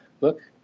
look